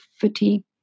fatigue